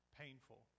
painful